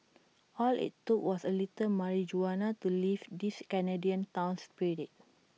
all IT took was A little Mari Juana to lift this Canadian town's spirits